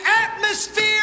atmosphere